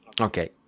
Okay